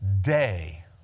day